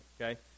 Okay